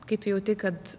kai tu jauti kad